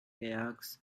kayaks